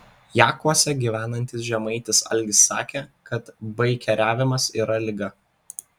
jakuose gyvenantis žemaitis algis sakė kad baikeriavimas yra liga